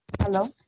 Hello